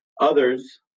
Others